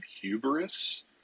hubris